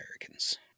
Americans